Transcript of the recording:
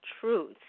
truth